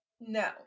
No